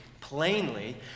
plainly